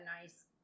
nice